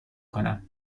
کنم